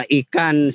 ikan